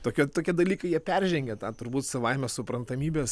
tokia tokie dalykai jie peržengia tą turbūt savaime suprantamybės